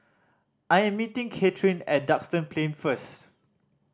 I am meeting Katheryn at Duxton Plain first